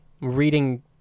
reading